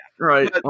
Right